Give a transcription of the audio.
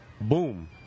boom